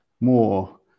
more